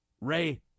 Ray